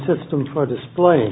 system for display